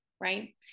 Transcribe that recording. right